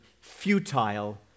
futile